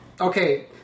Okay